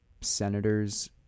senators